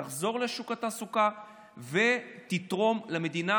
תחזור לשוק התעסוקה ותתרום למדינה